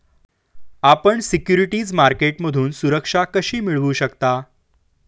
आपण सिक्युरिटीज मार्केटमधून सुरक्षा कशी मिळवू शकता?